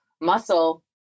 muscle